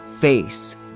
face